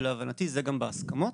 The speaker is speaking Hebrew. ולהבנתי זה גם בהסכמות,